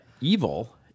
evil